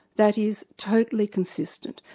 that is totally consistent.